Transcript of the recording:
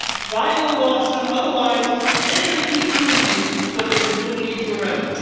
file a lawsuit. otherwise they're going to keep doing to you what they've been doing to you forever